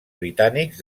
britànics